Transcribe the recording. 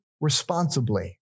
responsibly